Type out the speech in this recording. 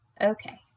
okay